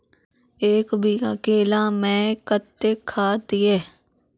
एक बीघा केला मैं कत्तेक खाद दिये?